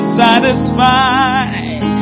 satisfied